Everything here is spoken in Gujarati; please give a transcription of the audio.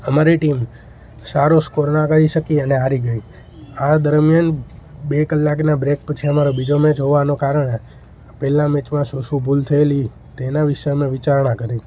અમારી ટીમ સારો સ્કોર ના કરી શકી અને હારી ગઈ આ દરમ્યાન બે કલાકના બ્રેક પછી અમારો બીજો મેચ હોવાનો કારણે પહેલાં મેચમાં શું શું ભૂલ થયેલી તેના વિશે અમે વિચારણા કરી